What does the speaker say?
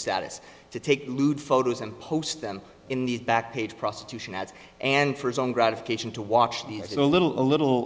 status to take lewd photos and post them in the back page prostitution ads and for his own gratification to watch t v so a little a little